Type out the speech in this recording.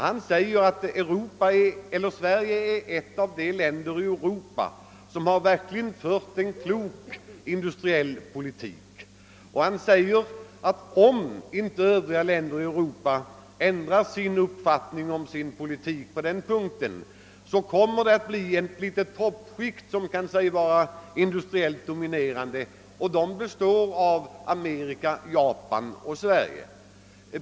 Han uttalar att Sverige är ett av de länder i Europa som verkligen fört en klok industriell politik, och han hävdar att om inte de andra länderna i Europa ändrar sin politik på ifrågavarande punkt, så kommer det att bli ett litet toppskikt, bestående av Amerika, Japan och Sverige, som kan sägas vara industriellt dominerande.